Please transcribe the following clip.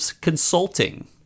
consulting